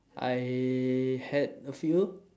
I had a few